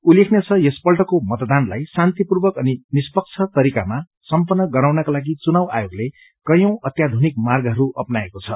उल्लेखनीय छ यस पल्टको मतदानलाई शान्तिपूर्वक अनि निष्पक्ष तरिकामा सम्पन्न गराउनका लागिद चुनाव आयोगले कयौं अत्याधुनिक मार्गहरू अप्नाएको छ